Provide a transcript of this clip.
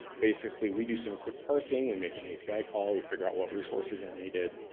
basically, we do some quick parsing. we make an api call, we figure out what resources are needed,